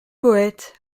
poëte